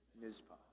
Mizpah